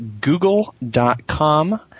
google.com